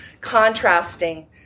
contrasting